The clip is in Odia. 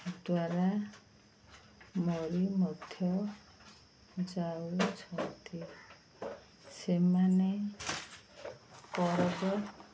ଦ୍ୱାରା ମରି ମଧ୍ୟ ଯାଉଛନ୍ତି ସେମାନେ କରଜ